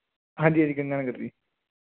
ਹਾਂਜੀ ਹਾਂਜੀ ਗੰਗਾ ਨਗਰ ਦੀ